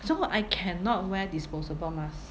so I cannot wear disposable mask